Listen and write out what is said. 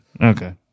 okay